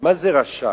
מה זה רשם,